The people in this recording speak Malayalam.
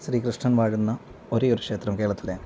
ശ്രീ കൃഷ്ണൻ വാഴുന്ന ഒരേയൊരു ക്ഷേത്രം കേരളത്തിലെ